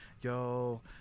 Yo